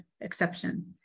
exception